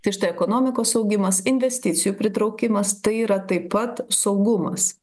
tai štai ekonomikos augimas investicijų pritraukimas tai yra taip pat saugumas